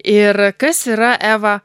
ir kas yra eva